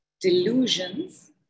delusions